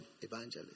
evangelist